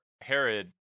Herod